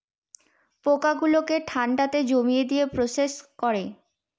পোকা গুলোকে ঠান্ডাতে জমিয়ে দিয়ে প্রসেস করে